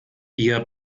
ihr